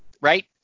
right